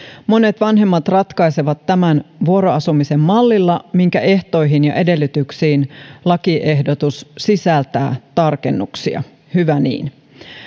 monet vanhemmat ratkaisevat tämän vuoroasumisen mallilla minkä ehtoihin ja edellytyksiin lakiehdotus sisältää tarkennuksia hyvä niin